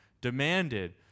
demanded